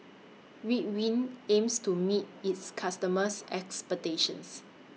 Ridwind aims to meet its customers' expectations